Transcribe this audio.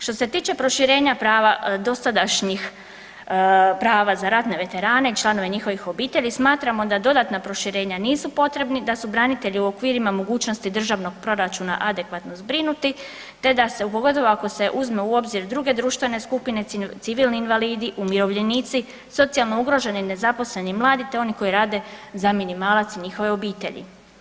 Što se tiče proširenja prava dosadašnjih prava za ratne veterane i članove njihovih obitelji smatramo da dodatna proširenja nisu potrebni, da su branitelji u okvirima mogućnosti državnog proračuna adekvatno zbrinuti, te da se, pogotovo ako se uzme u obzir druge društvene skupine, civilni invalidi, umirovljenici, socijalno ugroženi, nezaposleni i mladi, te oni koji rade za minimalac i njihove obitelji.